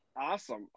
Awesome